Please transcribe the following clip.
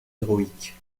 héroïque